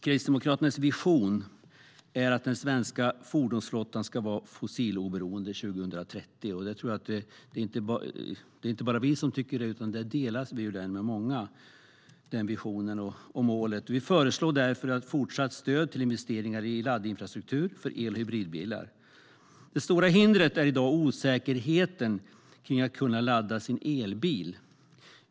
Kristdemokraternas vision är att den svenska fordonsflottan ska vara fossiloberoende 2030. Det är inte bara vi som har denna vision och detta mål, utan de delas av många. Vi föreslår därför ett fortsatt stöd till investeringar i laddinfrastruktur för el och hybridbilar. Det stora hindret är i dag osäkerheten kring att kunna ladda sin elbil.